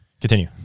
continue